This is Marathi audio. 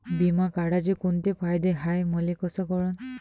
बिमा काढाचे कोंते फायदे हाय मले कस कळन?